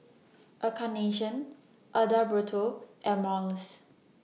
Encarnacion Adalberto and Marlys